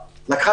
בזה.